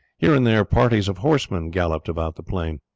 here and there parties of horsemen galloped about the plain.